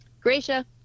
Gracia